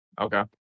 Okay